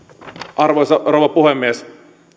arvoisa rouva puhemies